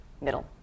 middle